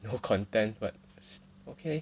the whole content but it's okay